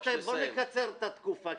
אז בואו נקצר את התקופה,